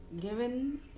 Given